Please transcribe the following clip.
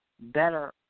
better